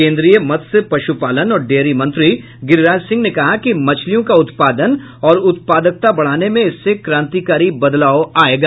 केंद्रीय मत्स्य पशुपालन और डेयरी मंत्री गिरिराज सिंह ने कहा कि मछलियों का उत्पादन और उत्पादकता बढाने में इससे क्रांतिकारी बदलाव आयेगा